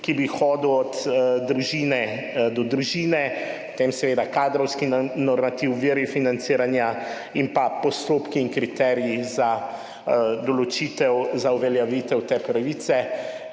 ki bi hodil od družine do družine. Potem seveda kadrovski normativ, viri financiranja in postopki in kriteriji za določitev, za uveljavitev te pravice.